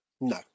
No